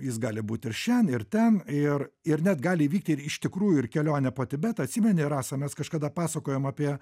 jis gali būt ir šen ir ten ir ir net gali įvykt ir iš tikrųjų ir kelionė po tibetą atsimeni rasa mes kažkada pasakojom apie